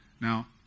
Now